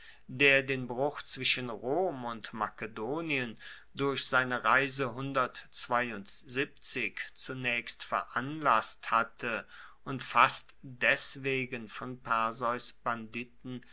der den bruch zwischen rom und makedonien durch seine reise zunaechst veranlasst hatte und fast deswegen von perseus banditen